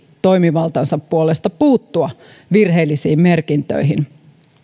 toimivaltansa puolesta puuttua virheellisiin merkintöihin